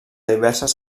diverses